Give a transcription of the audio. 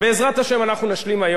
ואני אומר לכם בחברות,